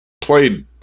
played